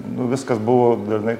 nu viskas buvo dalinai